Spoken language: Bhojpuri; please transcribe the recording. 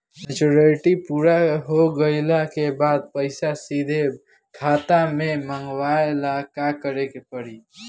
मेचूरिटि पूरा हो गइला के बाद पईसा सीधे खाता में मँगवाए ला का करे के पड़ी?